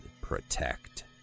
Protect